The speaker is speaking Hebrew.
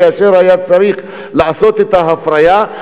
כאשר היה צריך לעשות את ההפריה,